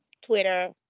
Twitter